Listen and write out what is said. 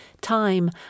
time